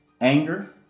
anger